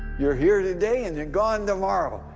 you're here today and then gone tomorrow,